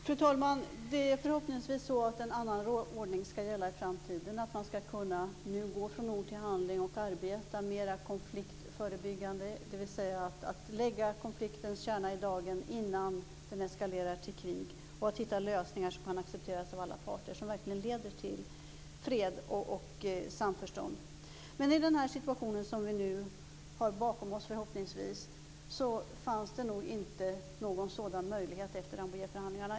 Fru talman! Det är förhoppningsvis så att en annan ordning skall gälla i framtiden och att man nu skall kunna gå från ord till handling och arbeta mera konfliktförebyggande, dvs. lägga kärnan i konflikten i dagen innan denna eskalerar till krig och att hitta lösningar som kan accepteras av alla parter och som verkligen leder till fred och samförstånd. I den situation som vi nu förhoppningsvis har bakom oss fanns det nog ändå inte någon sådan möjlighet efter Rambouilletförhandlingarna.